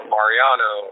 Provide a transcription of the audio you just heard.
Mariano